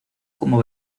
como